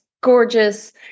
gorgeous